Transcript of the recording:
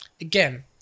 again